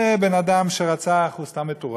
זה, בן-אדם שרצח, הוא סתם מטורף,